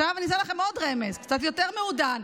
עכשיו אני אתן לכם רמז קצת יותר מעודן.